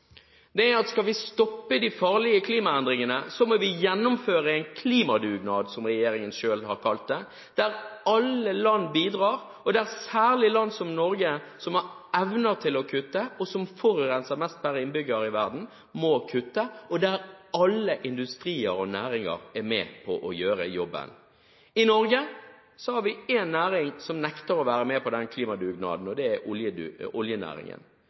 Det er at skal vi stoppe de farlige klimaendringene, må vi gjennomføre en klimadugnad, som regjeringen selv har kalt det, der alle land bidrar, og der særlig land som Norge, som har evner til å kutte, og som forurenser mest per innbygger i verden, må kutte, og der alle industrier og næringer er med på å gjøre jobben. I Norge har vi én næring som nekter å være med på den klimadugnaden, og det er oljenæringen.